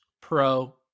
pro